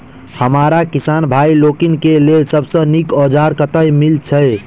हमरा किसान भाई लोकनि केँ लेल सबसँ नीक औजार कतह मिलै छै?